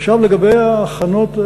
עכשיו, לגבי ההכנות,